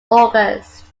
august